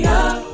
up